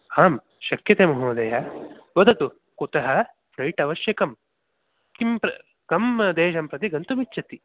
हाम् शक्यते महोदय वदतु कुतः फ्लैट् अवश्यकम् किं प्र कं देशं प्रति गन्तुम् इच्छति